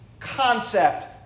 concept